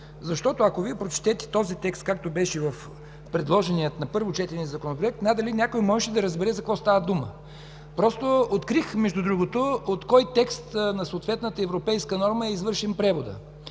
Ако Вие прочетете този текст, както беше в предложения на първо четене Законопроект, надали някой можеше да разбере за какво става дума. Открих от кой текст на съответната европейска норма е извършен преводът.